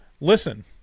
listen